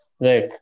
Right